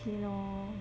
okay lor